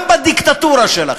גם בדיקטטורה שלכם.